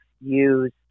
use